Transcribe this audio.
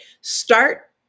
Start